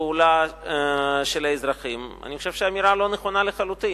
הפעולה של האזרחים היא אמירה לא נכונה לחלוטין.